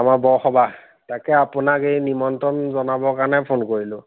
আমাৰ বৰসবাহ তাকে আপোনাক এই নিমন্ত্ৰণ জনাবৰ কাৰণে ফোন কৰিলোঁ